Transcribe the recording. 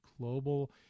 global